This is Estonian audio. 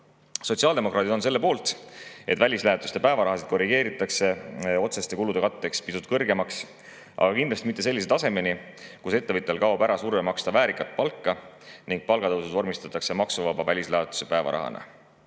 Sotsiaaldemokraadid on selle poolt, et välislähetuste päevaraha korrigeeritakse otseste kulude katteks pisut kõrgemaks, aga kindlasti mitte sellise tasemeni, kus ettevõtjal kaob ära surve maksta väärikat palka ning palgatõusud vormistatakse maksuvaba välislähetuse päevarahana.